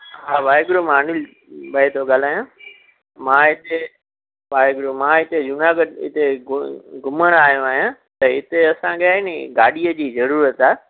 हा वाहेगुरु मां अनिल भाई थो ॻाल्हायां मां हिते वाहेगुरु मां हिते जूनागढ़ हिते घु घुमण आयो आहियां त हिते असांखे आहे नी गाॾीअ जी ज़रूरत आहे